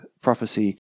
prophecy